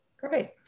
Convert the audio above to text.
Great